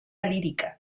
lírica